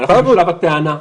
אנחנו בשלב הטענה,